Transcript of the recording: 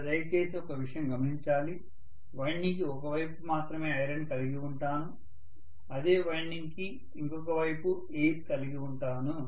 ఇక్కడ దయ చేసి ఒక విషయం గమనించాలి వైండింగ్ కి ఒక వైపు మాత్రమే ఐరన్ కలిగి ఉంటాను అదే వైండింగ్ కి ఇంకొక వైపు ఎయిర్ కలిగివుంటాను